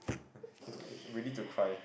you like ready to cry